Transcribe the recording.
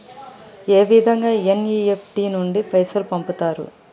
ఏ విధంగా ఎన్.ఇ.ఎఫ్.టి నుండి పైసలు పంపుతరు?